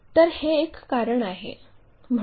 तर हे एक कारण आहे